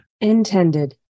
Intended